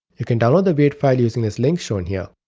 you can download the weight file using this link shown here.